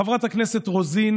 חברת הכנסת רוזין,